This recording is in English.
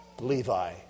Levi